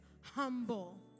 humble